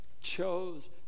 chose